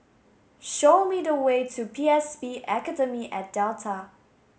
show me the way to P S B Academy at Delta